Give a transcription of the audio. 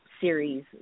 series